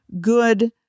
good